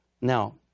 Now